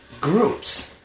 groups